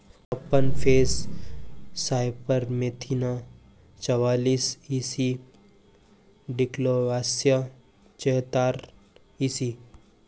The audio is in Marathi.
प्रोपनफेस सायपरमेथ्रिन चौवालीस इ सी डिक्लोरवास्स चेहतार ई.सी